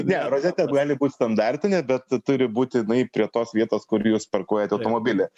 ne rozetė gali būt standartinė bet turi būtinai prie tos vietos kur jūs parkuojat automobilį